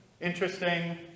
Interesting